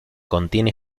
contiene